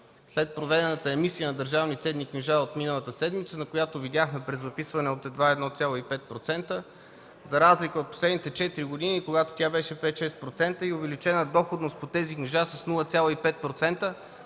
след проведената емисия на държавни ценни книжа от миналата седмица, на която видяхме презаписване от едва 1,5%, за разлика от последните 4 години, когато тя беше 5-6% и увеличена доходност по тези книжа с 0,5%